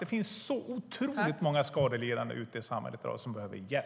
Det finns otroligt många skadelidande som behöver hjälp ute i samhället i dag.